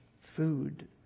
food